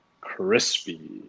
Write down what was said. crispy